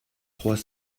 trois